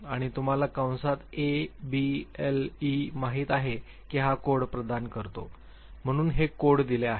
आणि तुम्हाला कंसात ए बी एल ई माहित आहे की हा कोड प्रदान करतो म्हणून हे कोड दिले आहेत